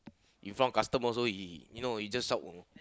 in front of customer also he you know he just shout you know